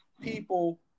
people